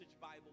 Bible